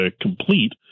complete